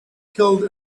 killed